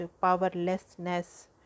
powerlessness